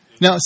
Now